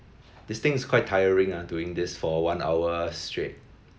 this thing is quite tiring ah doing this for one hour straight